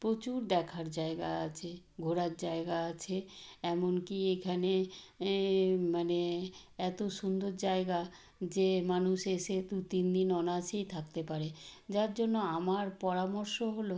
প্রচুর দেখার জায়গা আছে ঘোরার জায়গা আছে এমনকি এখানে এ মানে এত সুন্দর জায়গা যে মানুস এসে দু তিন দিন অনায়াসেই থাকতে পারে যার জন্য আমার পরামর্শ হল